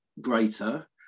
greater